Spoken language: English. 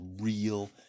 real